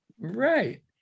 Right